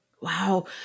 Wow